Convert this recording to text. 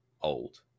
old